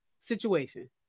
situation